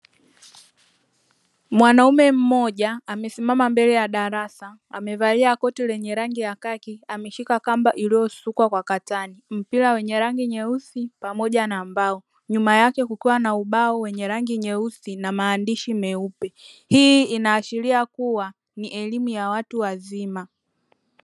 Mwanaume mmoja amesimama mbele ya darasa; amevalia koti lenye rangi ya kaki, ameshika kamba iliyosukwa kwa katani, mpira wenye rangi nyeusi pamoja na mbao. Nyuma yake kukiwa na ubao wenye rangi nyeusi na maandishi meupe. Hii inaashiria kuwa ni elimu ya watu wazima.